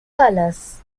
colors